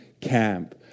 camp